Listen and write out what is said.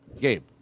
Gabe